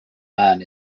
man